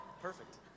Perfect